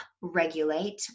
Regulate